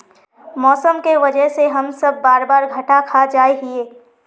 मौसम के वजह से हम सब बार बार घटा खा जाए हीये?